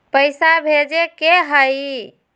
पैसा भेजे के हाइ?